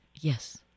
Yes